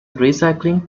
recycling